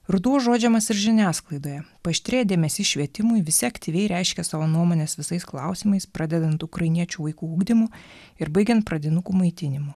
ruduo užuodžiamas ir žiniasklaidoje paaštrėja dėmesys švietimui visi aktyviai reiškia savo nuomones visais klausimais pradedant ukrainiečių vaikų ugdymu ir baigiant pradinukų maitinimu